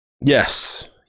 yes